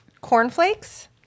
cornflakes